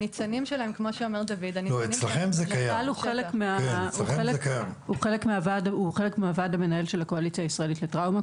נט"ל הוא חלק מן הוועד המנהל של הקואליציה הישראלית לטראומה,